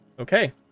Okay